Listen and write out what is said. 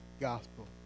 gospel